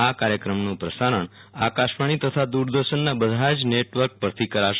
આ કાર્યક્રમનું પ્રસારણ આકાશવાણી તથાદૂરદર્શનના બધા જ નેટવર્ક પરથી કરશે